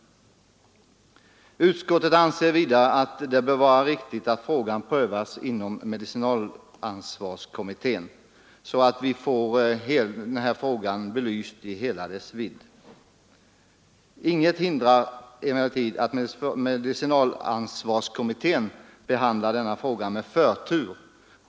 Utskottet anser vidare att det bör vara riktigt att frågan prövas inom medicinalansvarskommittén, så att problemet blir belyst i hela dess vidd. Inget hindrar emellertid att medicinalansvarskommittén behandlar denna fråga med förtur.